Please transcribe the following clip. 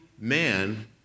man